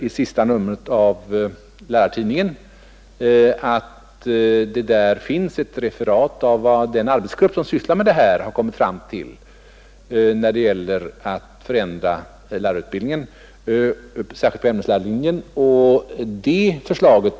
I senaste numret av Lärartidningen finns ett referat av vad den arbetsgrupp som sysslar med detta inom SÖ har kommit fram till när det gäller att förändra lärarutbildningen, särskilt på ämneslärarsidan.